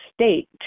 State